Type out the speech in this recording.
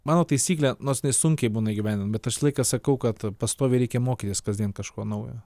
mano taisyklė nors jinai sunkiai būna įgyvendinama bet aš laiką sakau kad pastoviai reikia mokytis kasdien kažko naujo